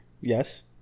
Yes